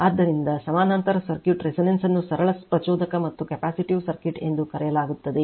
ಆದ್ದರಿಂದ ಸಮಾನಾಂತರ ಸರ್ಕ್ಯೂಟ್ನ resonance ಅನ್ನು ಸರಳ ಪ್ರಚೋದಕ ಮತ್ತು ಕೆಪ್ಯಾಸಿಟಿವ್ ಸರ್ಕ್ಯೂಟ್ ಎಂದು ಕರೆಯಲಾಗುತ್ತದೆ